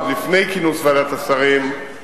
עוד לפני כינוס ועדת השרים,